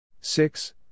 Six